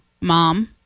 mom